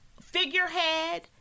figurehead